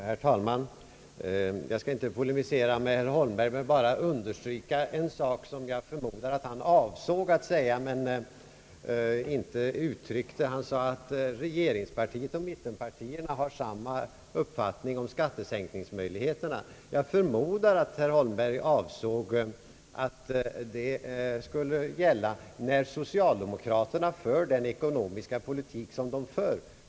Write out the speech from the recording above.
Herr talman! Jag skall inte polemi sera med herr Holmberg men vill bara understryka en sak som jag förmodar att han avsåg att säga men inte uttryckte. Han sade att regeringspartiet och mittenpartierna har samma uppfattning om skattesänkningsmöjligheterna. Jag förmodar att herr Holmberg avsåg att det skulle gälla när socialdemokraterna för den ekonomiska politik som de gör.